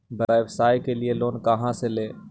व्यवसाय के लिये लोन खा से ले?